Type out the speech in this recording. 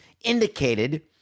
indicated